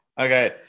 Okay